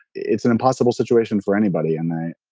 it's an impossible situation for anybody. and